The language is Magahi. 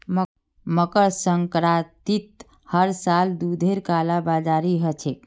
मकर संक्रांतित हर साल दूधेर कालाबाजारी ह छेक